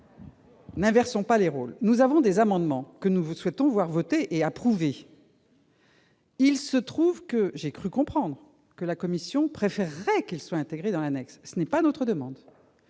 n'inversons pas les rôles, nous avons déposé des amendements, et nous souhaitons qu'ils soient approuvés. J'ai cru comprendre que la commission préférerait qu'ils soient intégrés dans l'annexe. Ce n'est pas notre demande.